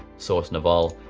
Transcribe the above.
source naval.